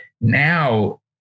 Now